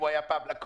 אם הוא היה פעם לקוח,